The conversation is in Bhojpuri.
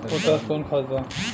पोटाश कोउन खाद बा?